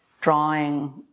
drawing